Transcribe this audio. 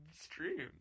streams